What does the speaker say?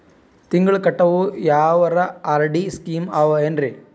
ತಿಂಗಳ ಕಟ್ಟವು ಯಾವರ ಆರ್.ಡಿ ಸ್ಕೀಮ ಆವ ಏನ್ರಿ?